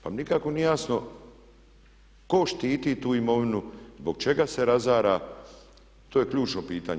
Pa mi nikako nije jasno tko štiti tu imovinu, zbog čega se razara, to je ključno pitanje.